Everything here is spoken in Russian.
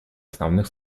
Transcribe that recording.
основных